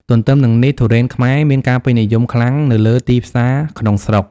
ទន្ទឹមនឹងនេះទុរេនខ្មែរមានការពេញនិយមខ្លាំងនៅលើទីផ្សារក្នុងស្រុក។